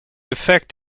effect